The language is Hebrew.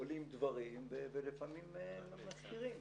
עולים דברים ולפעמים מסתירים.